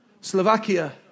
Slovakia